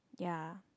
ya